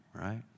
right